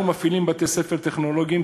אנחנו מפעילים בתי-ספר טכנולוגיים,